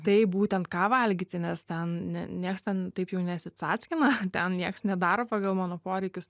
taip būtent ką valgyti nes ten ne nieks ten taip jau nesicackina ten nieks nedaro pagal mano poreikius